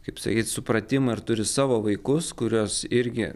kaip sakyti supratimą ir turi savo vaikus kuriuos irgi